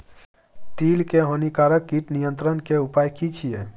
तिल के हानिकारक कीट नियंत्रण के उपाय की छिये?